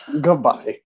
Goodbye